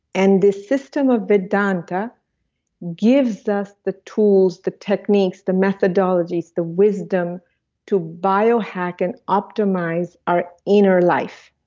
and the system of vedanta gives us the tools, the techniques, the methodologies, the wisdom to biohack and optimize our inner life.